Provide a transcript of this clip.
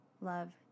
love